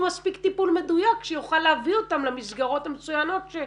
מספיק טיפול מדויק שיוכל להביא אותם למסגרות המצוינות.